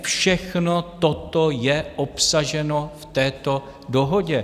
Všechno toto je obsaženo v této dohodě.